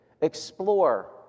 explore